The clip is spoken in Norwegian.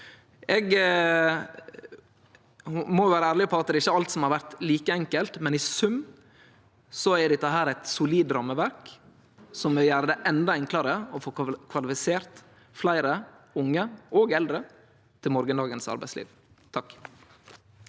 Eg må vere ærleg på at det ikkje er alt som har vore like enkelt, men i sum er dette eit solid rammeverk som vil gjere det endå enklare å få kvalifisert fleire unge og eldre til morgondagens arbeidsliv. Marit